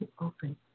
open